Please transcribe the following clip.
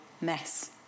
mess